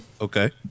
Okay